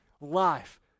life